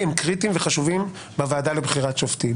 הם קריטיים וחשובים בוועדה לבחירת שופטים